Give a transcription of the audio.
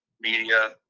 media